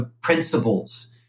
principles